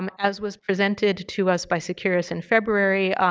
um as was presented to us by securus in february,